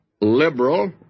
liberal